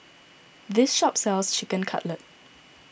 this shop sells Chicken Cutlet